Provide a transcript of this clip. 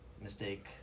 mistake